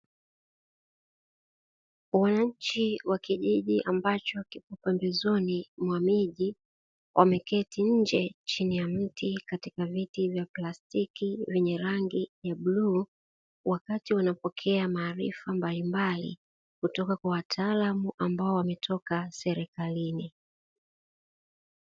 Wananchi wa kijiji ambacho kipo pembezoni mwa miji ,wameketi nje chini ya mti katika viti vya plastiki vyenye rangi ya bluu ,wakati wanapokea maarifa mbalimbali kutoka kwa wataalamu ambao wametoka serikalini.